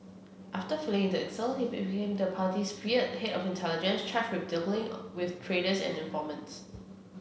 after fleeing into exile he became the party's feared head of intelligence charged with dealing with traitors and informants